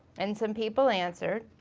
and some people answered.